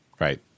Right